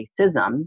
racism